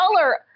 color